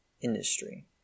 industry